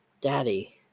Daddy